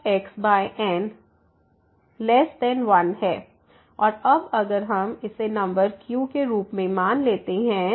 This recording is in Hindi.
xN1 और अब अगर हम इसे नंबर q के रूप में मान लेते हैं